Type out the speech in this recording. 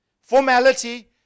Formality